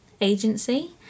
agency